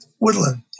woodland